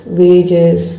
wages